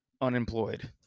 unemployed